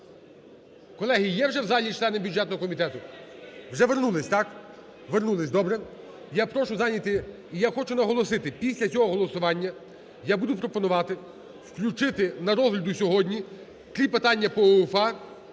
Колеги, є вже в залі члени бюджетного комітету? Вже вернулись, так? Вернулись, добре. Я прошу зайняти… і я хочу наголосити, після цього голосування я буду пропонувати включити на розгляд сьогодні три питання по УЄФА.